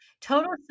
Total